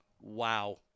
Wow